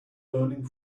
burning